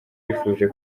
yifuje